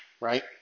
right